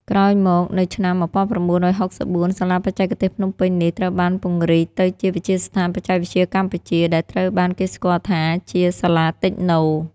ក្រោយមក នៅឆ្នាំ ១៩៦៤ សាលាបច្ចេកទេសភ្នំពេញនេះត្រូវបានពង្រីកទៅជា វិទ្យាស្ថានបច្ចេកវិទ្យាកម្ពុជា ដែលត្រូវបានគេស្គាល់ថាជា សាលាតិចណូ។